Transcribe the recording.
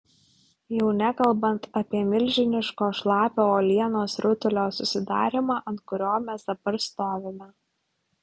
jau nekalbant apie milžiniško šlapio uolienos rutulio susidarymą ant kurio mes dabar stovime